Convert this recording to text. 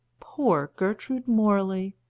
poor gertrude morley!